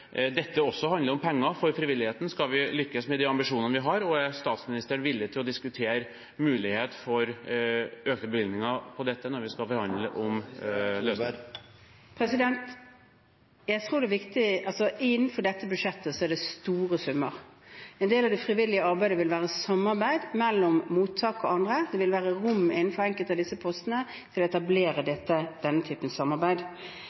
dette også handler om penger for frivilligheten hvis vi skal lykkes med de ambisjonene vi har, og er statsministeren villig til å diskutere muligheten for økte bevilgninger til dette når vi skal forhandle om løsning? Innenfor dette budsjettet er det store summer. En del av det frivillige arbeidet vil være samarbeid mellom mottak og andre; det vil være rom innenfor enkelte av disse postene til å etablere denne typen samarbeid.